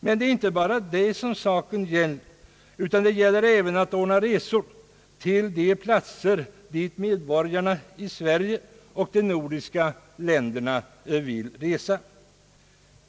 Men det är inte bara det som saken gäller. Det gäller även att ordna resor till de platser dit medborgarna i Sverige och de övriga nordiska länderna vill resa.